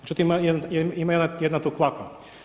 Međutim ima jedna tu kvaka.